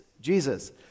Jesus